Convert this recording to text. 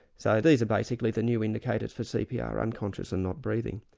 so these are basically the new indicators for cpr unconscious and not breathing.